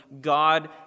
God